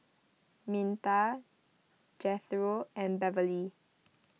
Minta Jethro and Beverly